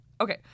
Okay